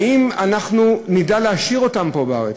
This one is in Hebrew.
האם אנחנו נדע להשאיר אותם פה בארץ?